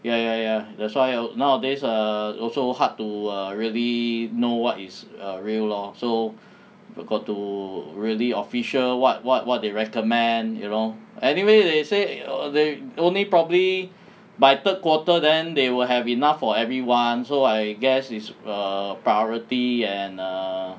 ya ya ya that's why nowadays err also hard to err really know what is err real lor so got to really official what what what they recommend you know anyway they say err they only probably by third quarter then they will have enough for everyone so I guess is err priority and err